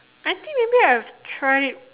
I think maybe I have tried